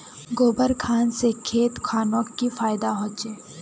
गोबर खान से खेत खानोक की फायदा होछै?